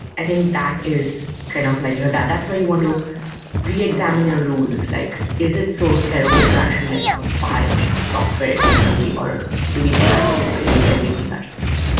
i think that is kind of like you know that's where you want to reexamine your rules. like is it so terrible to actually like buy software externally or do we have to build everything ourselves?